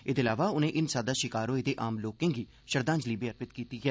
एहदे अलावा उनें हिंसा दा शि कार होए दे आम लोकें गी श्रद्धांजलि बी अर्पित कीती ऐ